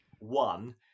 One